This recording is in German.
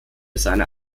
seiner